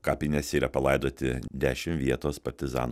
kapinėse yra palaidoti dešim vietos partizanų